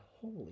holy